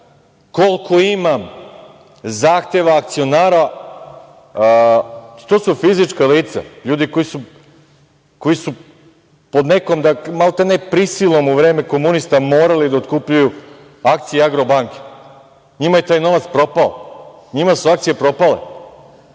koliko imam zahteva akcionara, to su fizička lica, ljudi koji su pod nekom prisilom u vreme komunista morali da otkupljuju akcije „Agrobanke“ njima je taj novac propao, njima su akcije propale,